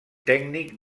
tècnic